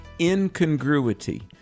incongruity